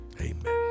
amen